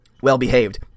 well-behaved